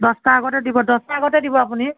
দহটাৰ আগতে দিব দহটাৰ আগতে দিব আপুনি